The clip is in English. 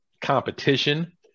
competition